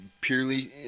purely